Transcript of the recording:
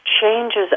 changes